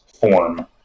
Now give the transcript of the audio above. form